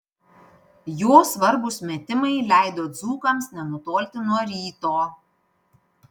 jo svarbūs metimai leido dzūkams nenutolti nuo ryto